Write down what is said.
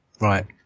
Right